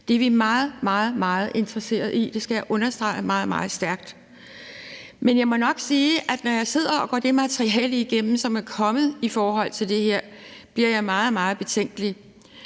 Det er vi meget, meget interesseret i. Det skal jeg understreget meget, meget stærkt. Men jeg må nok sige, at når jeg sidder og går det materiale igennem, som er kommet i forhold til det her, bliver jeg meget, meget betænkelig.